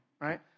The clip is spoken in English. right